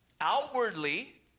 outwardly